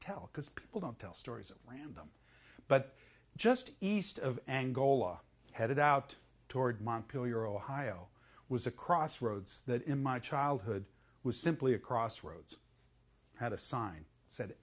tell because people don't tell stories of ram but just east of angola headed out toward montpelier ohio was a crossroads that in my childhood was simply a crossroads had a sign said